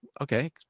Okay